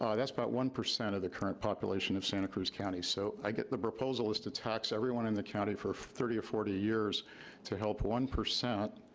that's about one percent of the current population of santa cruz county. so i get the proposal is to tax everyone in the county for thirty or forty years to help one percent,